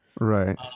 Right